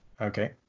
Okay